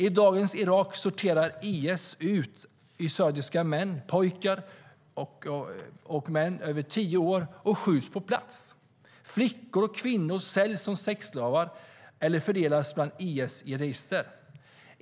I dagens Irak sorterar IS ut yazidiska män och pojkar över tio år, och de skjuts på plats. Flickor och kvinnor säljs som sexslavar eller fördelas bland IS jihadister.